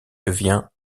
devient